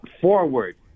forward